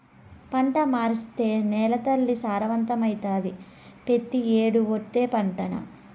పంట మార్సేత్తే నేలతల్లి సారవంతమైతాది, పెతీ ఏడూ ఓటే పంటనా